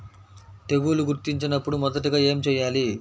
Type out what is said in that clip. తెగుళ్లు గుర్తించినపుడు మొదటిగా ఏమి చేయాలి?